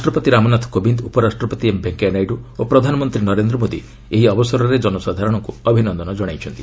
ରାଷ୍ଟ୍ରପତି ରାମନାଥ କୋବିନ୍ଦ୍ ଉପରାଷ୍ଟ୍ରପତି ଏମ୍ ଭେଙ୍କିୟା ନାଇଡୁ ଓ ପ୍ରଧାନମନ୍ତ୍ରୀ ନରେନ୍ଦ୍ର ମୋଦି ଏହି ଅବସରରେ ଜନସାଧାରଣଙ୍କ ଅଭିନନ୍ଦନ ଜଣାଇଛନ୍ତି